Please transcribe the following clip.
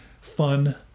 fun